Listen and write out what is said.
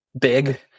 big